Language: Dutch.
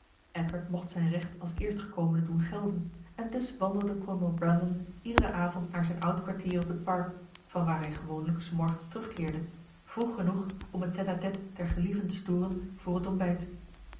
edward mocht zijn recht als eerstgekomene doen gelden en dus wandelde kolonel brandon iederen avond naar zijn oud kwartier op het park vanwaar hij gewoonlijk s morgens terugkeerde vroeg genoeg om het tête-à-tête der gelieven te storen voor het ontbijt